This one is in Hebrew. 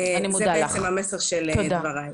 זה המסר של דבריי.